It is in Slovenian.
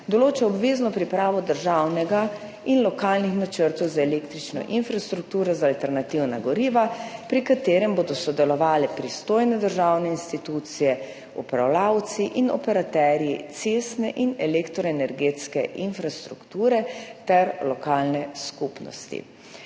Določa obvezno pripravo državnega in lokalnih načrtov za električno infrastrukturo za alternativna goriva, pri kateri bodo sodelovale pristojne državne institucije, upravljavci in operaterji cestne in elektroenergetske infrastrukture ter lokalne skupnosti.